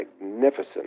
magnificent